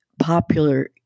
popular